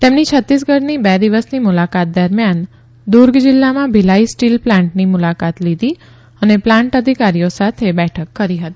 તેમની છત્તીસગઢની બે દિવસની મુલાકાત દરમિયાન દુર્ગ જીલ્લામાં ભિલાઇ સ્ટીલ પ્લાન્ટની મુલાકાત લીધી અને પ્લાન્ટ અધિકારીઓ સાથે બેઠક કરી હતી